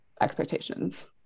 expectations